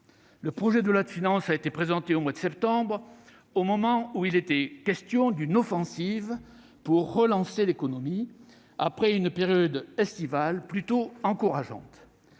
Le projet de loi de finances a été présenté au mois de septembre, au moment où il était question d'une offensive pour relancer l'économie, après une période estivale plutôt encourageante.